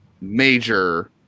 major